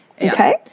Okay